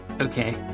Okay